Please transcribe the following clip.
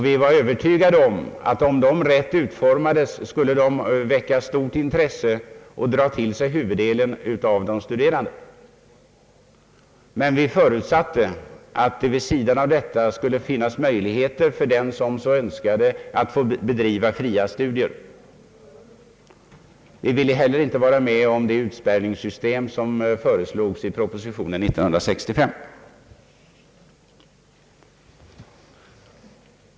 Vi var övertygade om att dessa fasta studiegångar, om de utformades riktigt, skulle väcka stort intresse och dra till sig huvuddelen av de studerande. Men vi förutsatte att det vid sidan om skulle finnas möjligheter för dem som så önskade att bedriva fria studier. Vi ville heller inte vara med om det utspärrningssystem som föreslogs i propositionen år 1965.